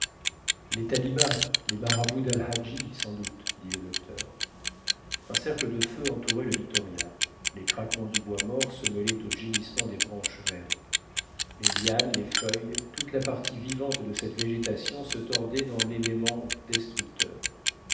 les talibas les marabouts dal hadji sans doute dit le docteur un cercle de feu entourait le victoria les craquements du bois mort se mêlaient aux gémissements des branches vertes les lianes les feuilles toute la partie vivante de cette végétation se tordait dans l'élément destructeur